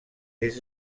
des